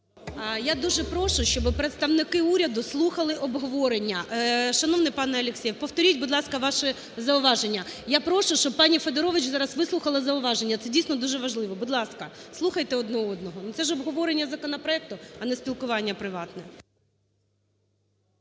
Я дуже прошу, щоб представники уряду слухали обговорення. Шановний пане Алексєєв, повторіть, будь ласка, ваше зауваження. Я прошу, щоб пані Федорович зараз вислухала зауваження, це дійсно дуже важливо. Будь ласка, слухайте один одного, це ж обговорення законопроекту, а не спілкування приватне.